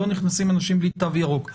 לא נכנסים אנשים בלי תו ירוק.